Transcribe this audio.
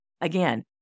Again